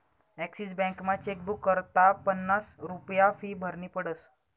Axis बॅकमा chequebook करता पन्नास रुप्या फी भरनी पडस